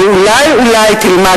ואולי-אולי תלמד,